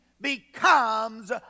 becomes